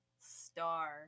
star